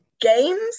games